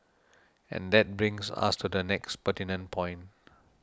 and that brings us to the next pertinent point